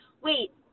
wait